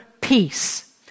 peace